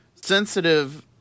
sensitive